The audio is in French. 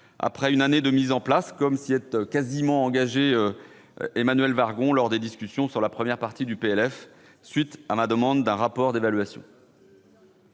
après une année de mise en place, comme s'y est quasiment engagée Emmanuelle Wargon lors des discussions sur la première partie, à la suite de ma demande d'un rapport d'évaluation.